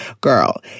Girl